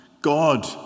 God